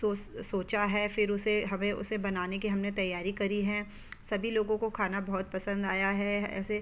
सोस सोचा है फिर उसे हमें उसे बनाने की हमने तैयारी करी है सभी लोगों को खाना बहुत पसंद आया है ऐसे